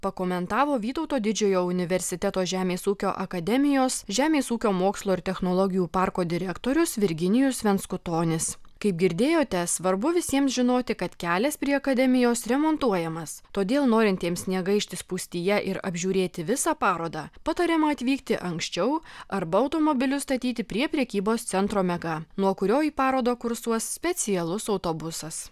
pakomentavo vytauto didžiojo universiteto žemės ūkio akademijos žemės ūkio mokslo ir technologijų parko direktorius virginijus venskutonis kaip girdėjote svarbu visiems žinoti kad kelias prie akademijos remontuojamas todėl norintiems negaišti spūstyje ir apžiūrėti visą parodą patariama atvykti anksčiau arba automobilius statyti prie prekybos centro mega nuo kurio į parodą kursuos specialus autobusas